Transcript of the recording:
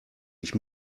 ich